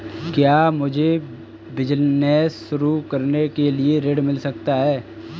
क्या मुझे बिजनेस शुरू करने के लिए ऋण मिल सकता है?